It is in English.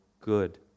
good